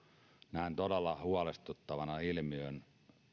näen ilmiön todella huolestuttavana